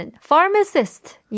pharmacist